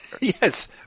Yes